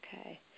Okay